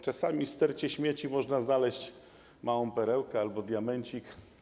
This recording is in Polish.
Czasami w stercie śmieci można znaleźć małą perełkę albo diamencik.